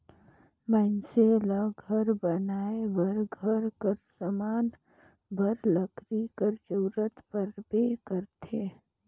मइनसे ल घर बनाए बर, घर कर समान बर लकरी कर जरूरत परबे करथे